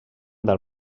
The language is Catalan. del